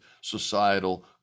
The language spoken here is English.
societal